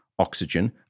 oxygen